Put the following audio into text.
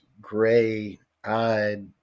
gray-eyed